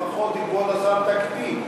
לפחות, כבוד השר, תקפיא.